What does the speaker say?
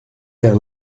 vers